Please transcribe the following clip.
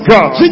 God